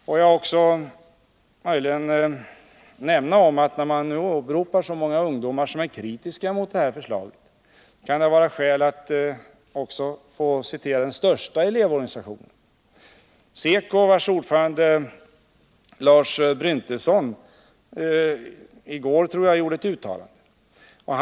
Får jag möjligen nämna att det, när man nu åberopar så många ungdomar som är kritiska mot förslaget, kan vara skäl att också citera den största elevorganisationen, SECO, vars ordförande Lars Bryntesson gjorde ett uttalande, jag tror att det var i går.